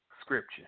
scripture